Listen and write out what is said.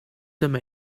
dyma